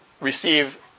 receive